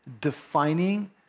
defining